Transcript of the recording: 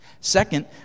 Second